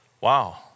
Wow